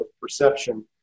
perception